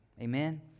Amen